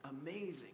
Amazing